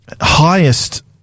highest